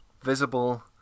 visible